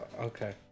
Okay